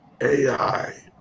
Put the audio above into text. AI